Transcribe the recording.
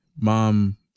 mom